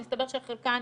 מסתבר שחלקן